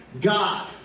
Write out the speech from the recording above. God